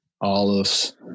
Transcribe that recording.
olives